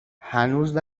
هنوز